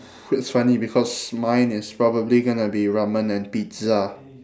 it's funny because mine is probably going to be ramen and pizza